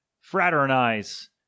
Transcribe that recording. fraternize